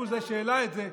הוא זה שהעלה את זה,